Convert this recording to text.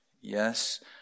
Yes